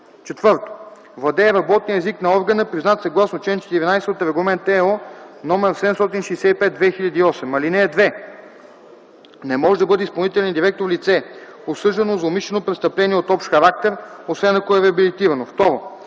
4. владеене работния език на органа, признат съгласно чл. 14 от Регламент (ЕО) № 765/2008. (2) Не може да бъде изпълнителен директор лице: 1. осъждано за умишлено престъпление от общ характер, освен ако е реабилитирано;